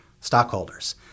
stockholders